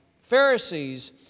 Pharisees